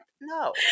No